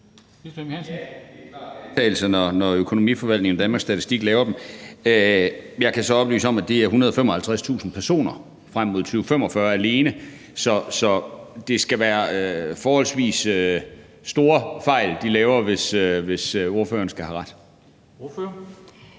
når Økonomiforvaltningen og Danmarks Statistik laver dem. Jeg kan så oplyse om, at det er 155.000 personer frem mod 2045 alene. Så det skal være forholdsvis store fejl, de laver, hvis ordføreren skal have ret. Kl.